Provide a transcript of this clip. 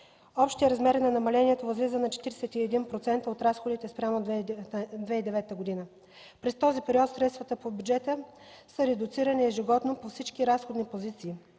Общият размер на намалението възлиза на 41% от разходите спрямо 2009 г. През този период средствата по бюджета са редуцирани ежегодно по всички разходни позиции: